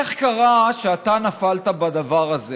איך קרה שאתה נפלת בדבר הזה?